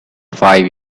five